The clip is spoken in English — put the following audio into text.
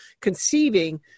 conceiving